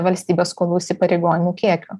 valstybės skolų įsipareigojimų kiekiu